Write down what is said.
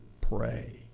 Pray